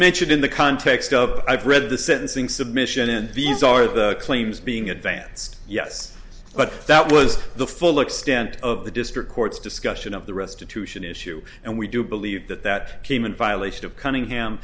mentioned in the context of i've read the sentencing submission in these are the claims being advanced yes but that was the full extent of the district court's discussion of the restitution issue and we do believe that that came in violation of cunningham